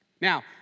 Now